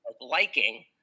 liking